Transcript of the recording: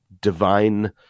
Divine